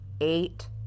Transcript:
eight